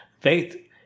faith